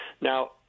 Now